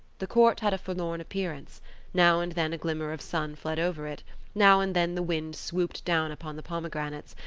the court had a forlorn appearance now and then a glimmer of sun fled over it now and then the wind swooped down upon the pomegranates,